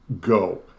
Go